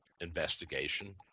investigation